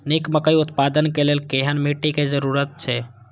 निक मकई उत्पादन के लेल केहेन मिट्टी के जरूरी छे?